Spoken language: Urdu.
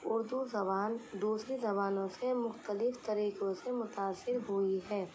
اردو زبان دوسری زبانوں سے مختلف طریقوں سے متاثر ہوئی ہے